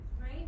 right